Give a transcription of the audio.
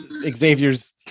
Xavier's